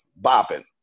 bopping